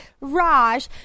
Raj